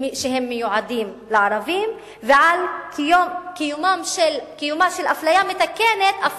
שמיועדים לערבים ולקיומה של אפליה מתקנת,